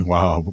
Wow